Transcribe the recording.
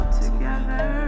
together